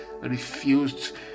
refused